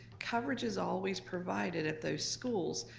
coverage is always provided at those schools.